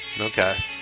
Okay